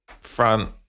front